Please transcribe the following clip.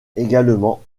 également